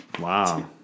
Wow